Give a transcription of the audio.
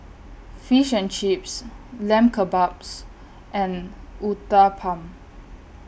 Fish and Chips Lamb Kebabs and Uthapam